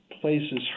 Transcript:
places